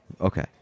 Okay